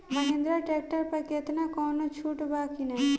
Mahindra tractor पर केतना कौनो छूट बा कि ना?